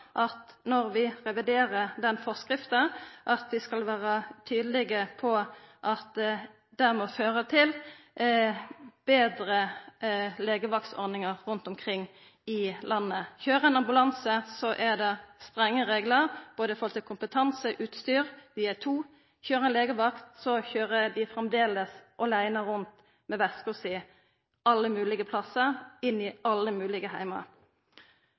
at når vi reviderer forskrifta, skal vi vera tydelege på at den må føra til betre legevaktordningar rundt omkring i landet. Køyrer ein ambulanse, er det strenge reglar, både når det gjeld kompetanse og utstyr, og at dei er to i bilen. Køyrer ein legevakt, køyrer ein framleis aleine rundt med veska si – alle moglege plassar og inn i alle moglege heimar.